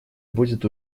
будет